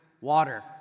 water